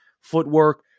footwork